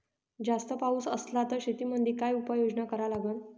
जास्त पाऊस असला त शेतीमंदी काय उपाययोजना करा लागन?